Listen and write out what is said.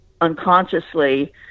unconsciously